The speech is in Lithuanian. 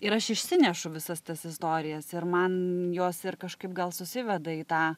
ir aš išsinešu visas tas istorijas ir man jos ir kažkaip gal susiveda į tą